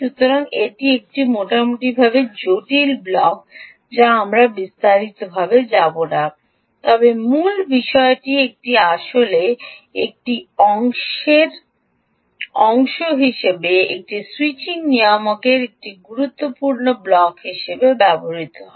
সুতরাং এটি একটি মোটামুটি জটিল ব্লক যা আমরা বিস্তারিতভাবে যাব না তবে মূল বিষয়টি এটি আসলে একটি অংশের অংশ হিসাবে একটি স্যুইচিং নিয়ামকের একটি গুরুত্বপূর্ণ ব্লক হিসাবে ব্যবহৃত হয়